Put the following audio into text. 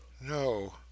No